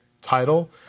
title